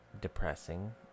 depressing